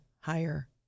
higher